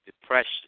depression